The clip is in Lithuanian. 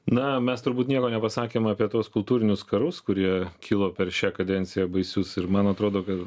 na mes turbūt nieko nepasakėm apie tuos kultūrinius karus kurie kilo per šią kadenciją baisius ir man atrodo kad